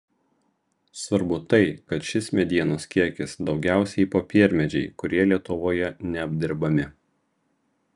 svarbu tai kad šis medienos kiekis daugiausiai popiermedžiai kurie lietuvoje neapdirbami